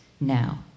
now